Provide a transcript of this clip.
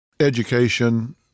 Education